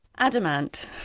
Adamant